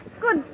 Good